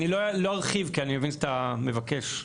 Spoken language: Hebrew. אוקיי, הנקודה הובהרה.